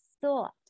thought